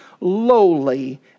lowly